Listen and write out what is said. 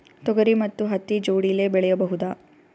ತೊಗರಿ ಮತ್ತು ಹತ್ತಿ ಜೋಡಿಲೇ ಬೆಳೆಯಬಹುದಾ?